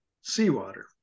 seawater